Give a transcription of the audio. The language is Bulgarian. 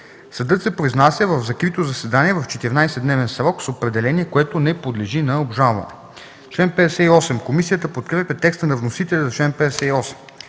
Съдът се произнася в закрито заседание в 14 дневен срок с определение, което не подлежи на обжалване.” Комисията подкрепя текста на вносителя за чл. 58.